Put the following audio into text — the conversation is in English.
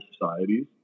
societies